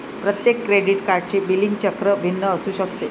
प्रत्येक क्रेडिट कार्डचे बिलिंग चक्र भिन्न असू शकते